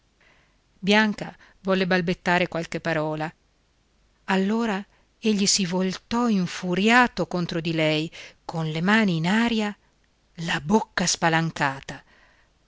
bianca volle balbettare qualche parola allora egli si voltò infuriato contro di lei con le mani in aria la bocca spalancata